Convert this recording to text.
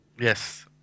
Yes